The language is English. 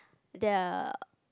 there are